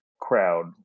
crowd